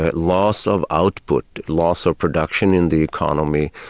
ah loss of output, loss of production in the economy,